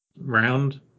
round